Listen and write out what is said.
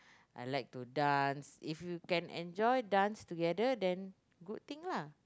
I like to dance if you can enjoy dance together then good thing lah